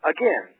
again